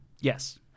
yes